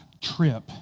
trip